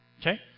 Okay